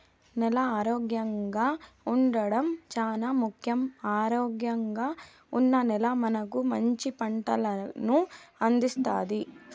నేల ఆరోగ్యంగా ఉండడం చానా ముఖ్యం, ఆరోగ్యంగా ఉన్న నేల మనకు మంచి పంటలను అందిస్తాది